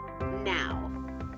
now